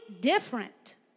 different